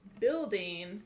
building